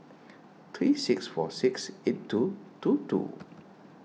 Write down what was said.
three six four six eight two two two